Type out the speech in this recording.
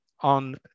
on